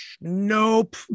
Nope